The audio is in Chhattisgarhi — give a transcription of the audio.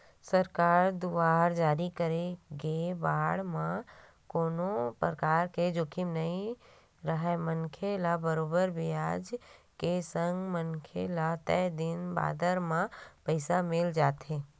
सरकार दुवार जारी करे गे बांड म कोनो परकार के जोखिम नइ राहय मनखे ल बरोबर बियाज के संग मनखे ल तय दिन बादर म पइसा मिल जाथे